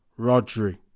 Rodri